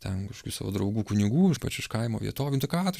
ten kažkokių savo draugų kunigų ypač iš kaimo vietovių nu tai ką tu